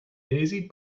daisy